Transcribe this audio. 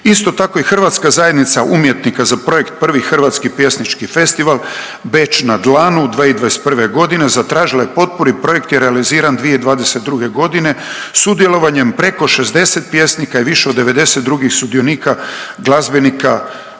Isto tako i Hrvatska zajednica umjetnika za projekt Prvi hrvatski pjesnički festival „Beč na dlanu“ 2021.g. zatražila je potporu i projekt je realiziran 2022.g. sudjelovanjem preko 60 pjesnika i više od 90 drugih sudionika glazbenika, KUD-ova